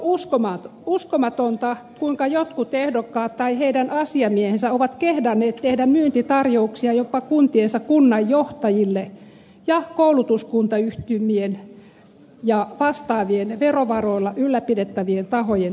on uskomatonta kuinka jotkut ehdokkaat tai heidän asiamiehensä ovat kehdanneet tehdä myyntitarjouksia jopa kuntiensa kunnanjohtajille ja koulutuskuntayhtymien ja vastaavien verovaroilla ylläpidettävien tahojen johdolle